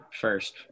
first